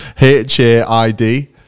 h-a-i-d